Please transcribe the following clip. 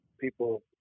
people